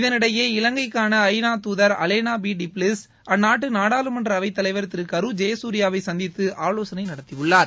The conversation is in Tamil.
இதனிடையே இலங்கைக்கான ஐநா துதர் அலேனா பி டிப்லிப்ஸ் அந்நாட்டு நாடாளுமன்ற அவைத் தலைவர் திரு கரு ஜெயசூரியாவை சந்தித்து ஆலோசனை நடத்தியுள்ளார்